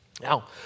Now